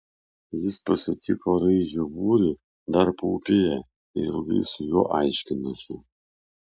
jis pasitiko raižio būrį dar paupyje ir ilgai su juo aiškinosi